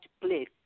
place